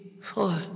four